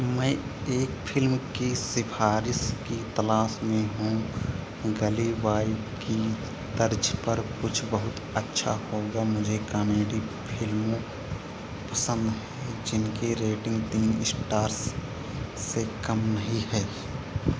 मैं एक फ़िल्म की सिफ़ारिश की तलाश में हूँ गली बॉय की तर्ज पर कुछ बहुत अच्छा होगा मुझे कॉमेडी फ़िल्मों पसंद हैं जिनकी रेटिंग तीन स्टार्स से कम नहीं है